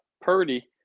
Purdy